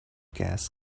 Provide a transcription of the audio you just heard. gas